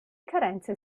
carenze